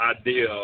idea